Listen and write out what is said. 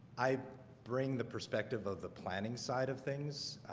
i bring the perspective of the planning side of things.